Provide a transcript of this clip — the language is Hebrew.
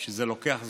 שזה לוקח זמן,